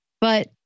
But-